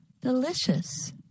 Delicious